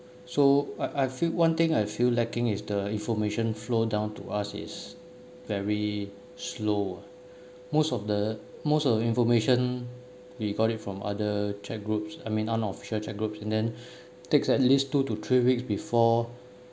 so I I feel one thing I feel lacking is the information flow down to us is very slow most of the most of the information we got it from other chat groups I mean unofficial chat groups and then takes at least two to three weeks before